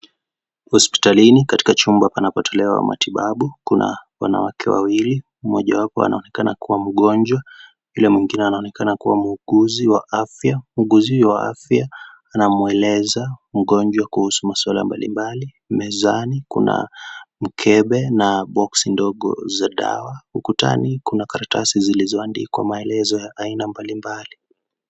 "Hospitalini, katika chumba panapotolewa matibabu, kuna wanawake wawili. Mmoja wao anaonekana kuwa mgonjwa, ila mwingine anaonekana kuwa muuguzi wa afya. Muuguzi huyu wa afya anamwelezea mgonjwa kuhusu masuala mbalimbali. Mezani kuna kopo na viboksi vidogo vya dawa. Ukutani kuna karatasi zilizoandikwa maelezo ya aina mbalimbali."